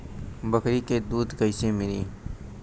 बकरी क दूध कईसे मिली?